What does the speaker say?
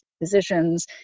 physicians